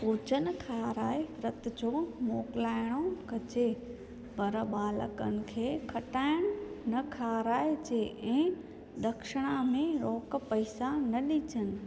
भोॼनु खाराए विर्त जो मोकिलाइणो कजे पर बालकनि खे खटाइण न खाराइजे ऐं ॾखिणा में रोक पैसा न ॾिजनि